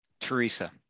Teresa